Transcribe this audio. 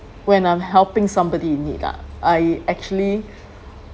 when I'm helping somebody in need ah I actually